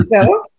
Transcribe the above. go